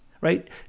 right